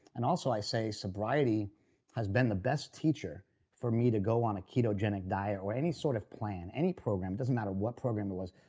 and also, i say sobriety has been the best teacher for me to go on a ketogenic diet or any sort of plan, any program doesn't matter what program it was.